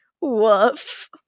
Woof